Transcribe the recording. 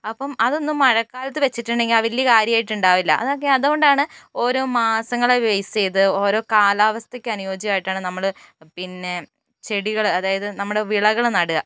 അപ്പം അതൊന്നും മഴക്കാലത്ത് വച്ചിട്ടുണ്ടെങ്കിൽ ആ വലിയ കാര്യമായിട്ട് ഉണ്ടാകില്ല അതൊക്കെ അതുകൊണ്ടാണ് ഓരോ മാസങ്ങളെ ബെയ്സ് ചെയ്ത് ഓരോ കാലാവസ്ഥയ്ക്ക് അനുയോജ്യമായിട്ടാണ് നമ്മൾ പിന്നെ ചെടികൾ അതായത് നമ്മുടെ വിളകൾ നടുക